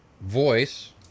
voice